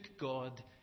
God